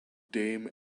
dame